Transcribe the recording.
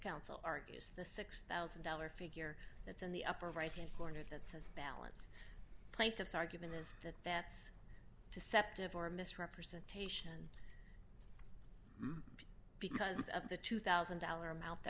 council argues the six thousand dollars figure that's in the upper right hand corner that says balance plaintiff's argument is that that's deceptive or misrepresentation because of the two thousand dollars amount